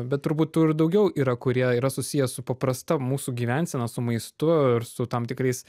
bet turbūt tų ir daugiau yra kurie yra susiję su paprasta mūsų gyvensena su maistu ir su tam tikrais